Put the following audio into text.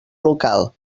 local